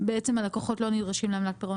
בעצם הלקוחות לא נדרשים לעמלת פירעון